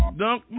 dunk